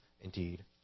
indeed